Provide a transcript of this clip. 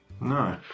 no